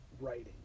writing